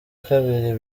kabiri